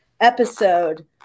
episode